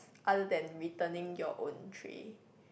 other than returning your own tray